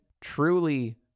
truly-